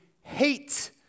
hate